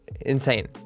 insane